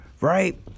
right